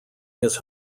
his